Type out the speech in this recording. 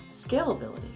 Scalability